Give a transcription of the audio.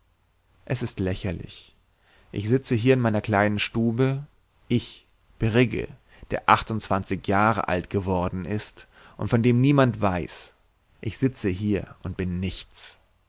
es ist lächerlich ich sitze hier in meiner kleinen stube ich brigge der achtundzwanzig jahre alt geworden ist und von dem niemand weiß ich sitze hier und bin nichts